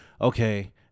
okay